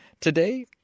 Today